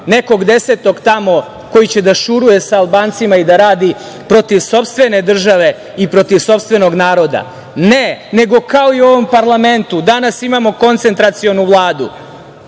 nekog desetog tamo koji će da šuruje sa Albancima i da radi protiv sopstvene države i protiv sopstvenog naroda. Ne, nego kao i u ovom parlamentu, danas imamo koncentracionu